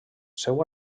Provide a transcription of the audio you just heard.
seu